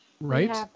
Right